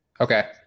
Okay